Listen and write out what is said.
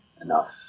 enough